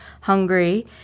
hungry